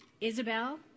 Isabel